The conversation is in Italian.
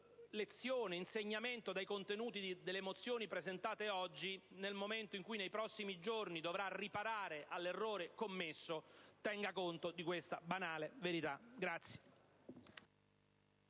lezione ed insegnamento dai contenuti delle mozioni presentate oggi, nel momento in cui nei prossimi giorni dovrà riparare all'errore commesso, tenga conto di questa banale verità.